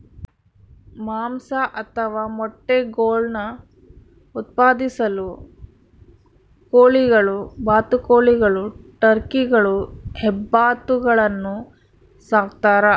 ಮಾಂಸ ಅಥವಾ ಮೊಟ್ಟೆಗುಳ್ನ ಉತ್ಪಾದಿಸಲು ಕೋಳಿಗಳು ಬಾತುಕೋಳಿಗಳು ಟರ್ಕಿಗಳು ಹೆಬ್ಬಾತುಗಳನ್ನು ಸಾಕ್ತಾರ